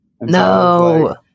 No